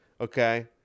okay